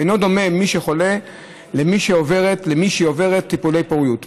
אינו דומה מי שחולה למי שעוברת טיפולי פוריות.